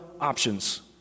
options